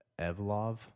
Evlov